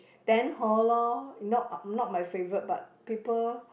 then hor lor not not my favourite but people